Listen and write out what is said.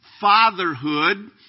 fatherhood